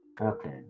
Okay